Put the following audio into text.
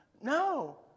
No